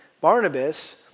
Barnabas